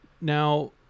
Now